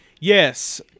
Yes